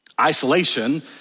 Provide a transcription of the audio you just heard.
Isolation